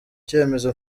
cyemezo